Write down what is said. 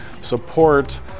support